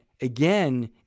Again